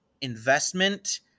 investment